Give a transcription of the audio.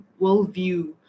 worldview